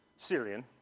Syrian